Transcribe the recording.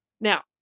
Now